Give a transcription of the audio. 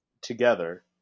together